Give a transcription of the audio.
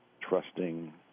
trusting